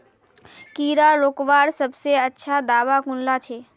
कीड़ा रोकवार सबसे अच्छा दाबा कुनला छे?